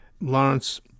Lawrence